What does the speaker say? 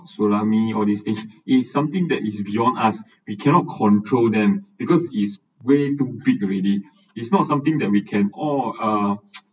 tsunami all these things is something that is beyond us we cannot control them because is way too big already it's not something that we can all uh